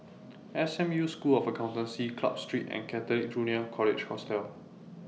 S M U School of Accountancy Club Street and Catholic Junior College Hostel